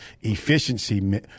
efficiency